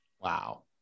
Wow